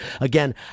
Again